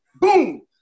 Boom